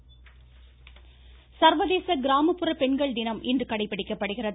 சர்வதேச கிராமப்புற பெண்கள் தினம் சர்வதேச கிராமப்புற பெண்கள் தினமும் இன்று கடைபிடிக்கப்படுகிறது